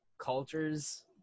cultures